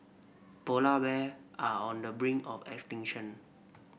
polar bear are on the brink of extinction